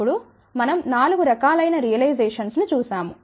అప్పుడు మనం నాలుగు రకాలైన రియలైజేషన్స్ ను చూశాము